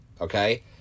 okay